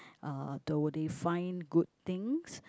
uh do they find good things